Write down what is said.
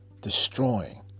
destroying